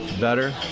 better